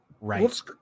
right